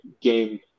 game